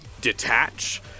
detach